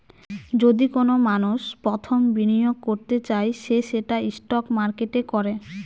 যদি কোনো মানষ প্রথম বিনিয়োগ করতে চায় সে সেটা স্টক মার্কেটে করে